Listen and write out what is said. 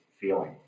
feeling